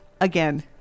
again